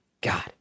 God